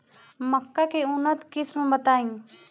मक्का के उन्नत किस्म बताई?